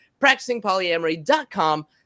PracticingPolyamory.com